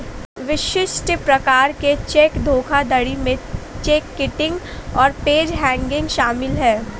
विशिष्ट प्रकार के चेक धोखाधड़ी में चेक किटिंग और पेज हैंगिंग शामिल हैं